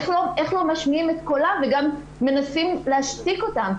איך לא משמיעים את קולם וגם מנסים להשתיק אותם?